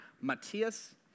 Matthias